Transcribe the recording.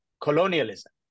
colonialism